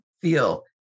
feel